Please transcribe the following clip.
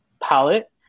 palette